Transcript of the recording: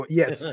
yes